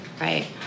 right